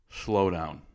slowdown